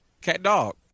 Cat-Dog